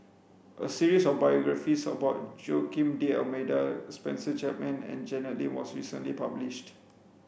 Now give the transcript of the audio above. a series of biographies about Joaquim D'almeida Spencer Chapman and Janet Lim was recently published